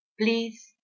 Please